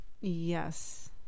Yes